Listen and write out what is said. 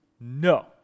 No